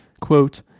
quote